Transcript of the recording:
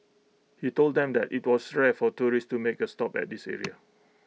he told them that IT was rare for tourists to make A stop at this area